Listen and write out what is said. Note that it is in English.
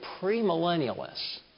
premillennialists